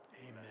Amen